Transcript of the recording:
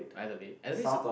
Adelaide Adelaide is a